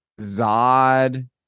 Zod